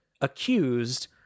accused